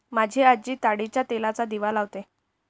माझी आजी ताडीच्या तेलाचा दिवा लावते